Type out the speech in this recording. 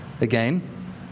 again